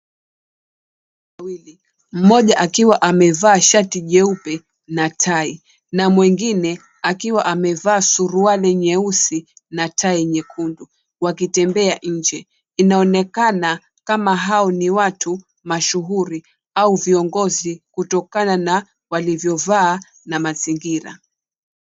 Wanaume wawili, mmoja akiwa amevaa shati jeupe na tai na mwengine akiwa amevaa suruali nyeusi na tai nyekundu wakitembea nje. Inaonekana kama hao ni watu mashuhuri au viongozi kutokana na walivyovaa na mazingira.